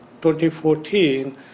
2014